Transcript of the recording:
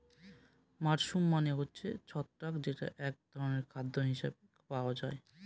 mushroom মানে হচ্ছে ছত্রাক যেটা এক ধরনের খাদ্য হিসাবে খাওয়া হয়